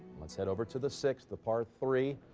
let's head over to the six. the par three